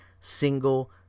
single